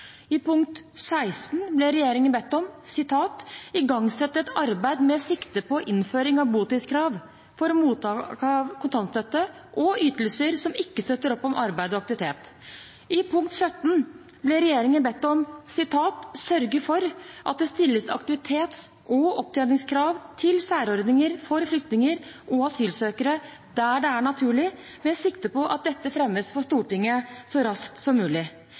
I punkt 16 ble regjeringen bedt om å «igangsette et arbeid med sikte på innføring av botidskrav for mottak av kontantstøtte og ytelser som ikke støtter opp om arbeid og aktivitet». I punkt 17 ble regjeringen bedt om å sørge for at det stilles aktivitets- og opptjeningskrav til særordninger for flyktninger og asylsøkere der det er naturlig, med sikte på at dette fremmes for Stortinget så raskt som mulig.